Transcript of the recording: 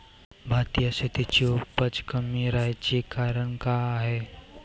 भारतीय शेतीची उपज कमी राहाची कारन का हाय?